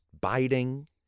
biting